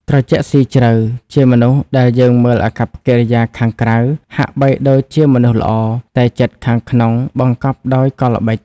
ត្រជាក់ស៊ីជ្រៅ ជាមនុស្សដែលយើងមើលអាកប្បកិរិយាខាងក្រៅហាក់បីដូចជាមនុស្សល្អ តែចិត្តខាងក្នុងបង្កប់ដោយកលល្បិច។